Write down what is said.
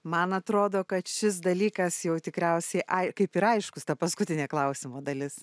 man atrodo kad šis dalykas jau tikriausiai ai kaip ir aiškus ta paskutinė klausimo dalis